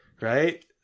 right